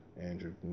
Andrew